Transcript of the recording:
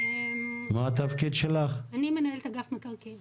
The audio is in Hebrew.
אני מנהלת אגף מקרקעין